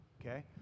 okay